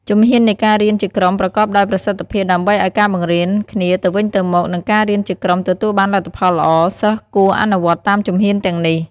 ជំហាននៃការរៀនជាក្រុមប្រកបដោយប្រសិទ្ធភាពដើម្បីឲ្យការបង្រៀនគ្នាទៅវិញទៅមក និងការរៀនជាក្រុមទទួលបានលទ្ធផលល្អ សិស្សគួរអនុវត្តតាមជំហានទាំងនេះ។